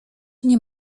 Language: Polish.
nie